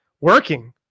working